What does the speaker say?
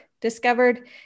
discovered